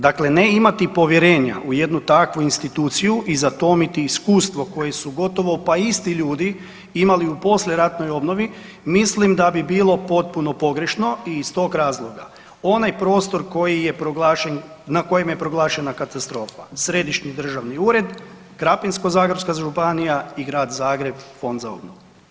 Dakle ne imati povjerenja u jednu takvu instituciju i zatomiti iskustvo koje su gotovo pa isti ljudi imali u poslijeratnoj obnovi, mislim da bi bilo potpuno pogrešno i iz tog razloga, onaj prostor koji je proglašen, na kojem je proglašena katastrofa, Središnji državni ured, Krapinsko-zagorska županija i Grad Zagreb, Fond za obnovu.